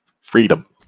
Freedom